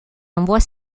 envoie